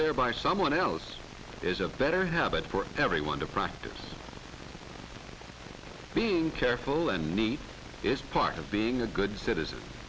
there by someone else is a better habit for everyone to practice being careful and neat is part of being a good citizen